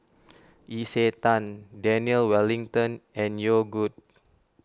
Isetan Daniel Wellington and Yogood